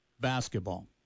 basketball